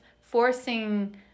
forcing